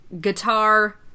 guitar